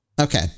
Okay